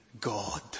god